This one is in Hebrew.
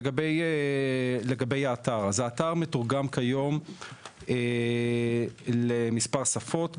לגבי האתר - האתר מתורגם כיום למספר שפות,